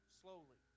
slowly